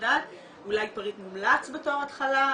אולי פריט מומלץ בתור התחלה,